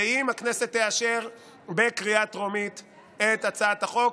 שאם הכנסת תאשר בקריאה טרומית את הצעת החוק,